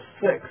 six